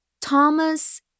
Thomas